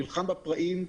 נלחם בפראים.